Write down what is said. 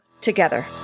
together